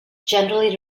generally